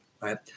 right